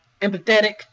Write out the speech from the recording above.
empathetic